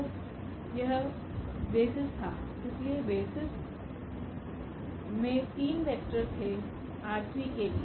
तो यह बेसिस था इसलिए बेसिस में 3वेक्टर थे R3 के लिए